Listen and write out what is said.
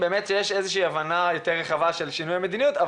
שיש הבנה יותר רחבה של שינוי המדיניות,